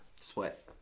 Sweat